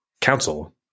council